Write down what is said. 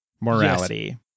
morality